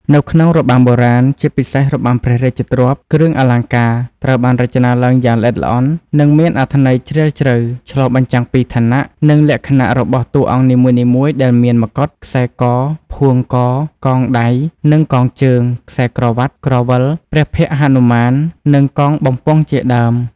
នៅក្នុងរបាំបុរាណ ជាពិសេសរបាំព្រះរាជទ្រព្យ គ្រឿងអលង្ការត្រូវបានរចនាឡើងយ៉ាងល្អិតល្អន់ និងមានអត្ថន័យជ្រាលជ្រៅ ឆ្លុះបញ្ចាំងពីឋានៈ និងលក្ខណៈរបស់តួអង្គនីមួយៗ ដែលមាន មកុដ ខ្សែក/ផួងក កងដៃ និងកងជើង ខ្សែក្រវាត់ ក្រវិល ព្រះភ័ក្ត្រហនុមាន និងកងបំពង់ជាដើម។